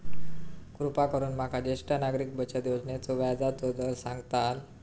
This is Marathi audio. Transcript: कृपा करून माका ज्येष्ठ नागरिक बचत योजनेचो व्याजचो दर सांगताल